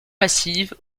massive